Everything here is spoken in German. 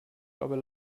aber